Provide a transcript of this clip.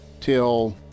till